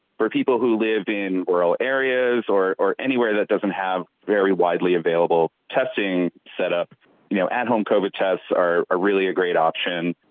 for people who live in rural areas or anywhere that doesn't have very widely available testing set up you know at home covid tests are really a great option.